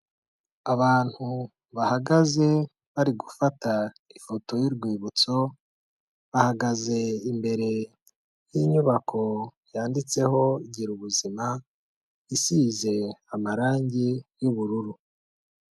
Abantu bahagaze bari gufata ifoto y'urwibutso bahagaze imbere y'inyubako yanditseho gira ubuzima isize amarangi y'ubururu.